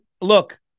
Look